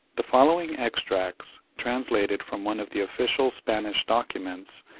the following extracts, translated from one of the official spanish documents,